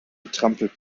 trampelt